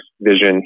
vision